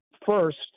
First